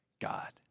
God